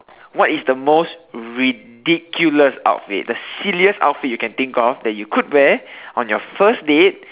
what is the most ridiculous outfit the silliest outfit you can think of that you could wear on your first date